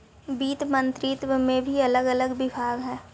वित्त मंत्रित्व में भी अलग अलग विभाग हई